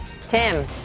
Tim